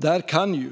Där kan